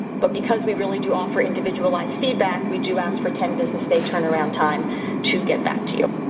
but because we really do offer individualized feedback, we do ask for ten business day turnaround time to get back to you.